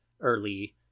early